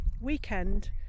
weekend